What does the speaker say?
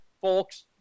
folks